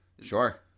Sure